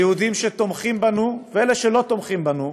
היהודים שתומכים בנו ואלה שלא תומכים בנו,